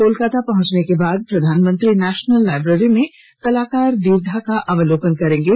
कोलकाता पहुंचने के बाद प्रधानमंत्री नेशनल लाइब्रेरी में कलाकार दीर्घा का अवलोकन करेंगे